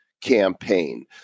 Campaign